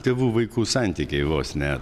tėvų vaikų santykiai vos ne